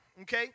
okay